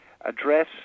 address